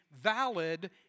valid